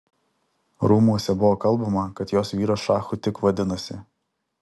rūmuose buvo kalbama kad jos vyras šachu tik vadinasi